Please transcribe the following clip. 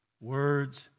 Words